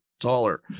taller